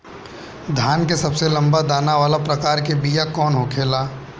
धान के सबसे लंबा दाना वाला प्रकार के बीया कौन होखेला?